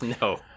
no